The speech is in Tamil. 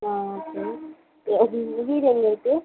ஆ ஆ சரி உங்கள் வீடு எங்கிருக்கு